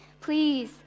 please